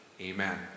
Amen